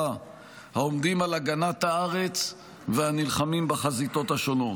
העומדים על הגנת הארץ ונלחמים בחזיתות השונות.